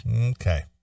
Okay